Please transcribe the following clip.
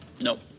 Nope